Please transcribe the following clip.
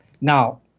Now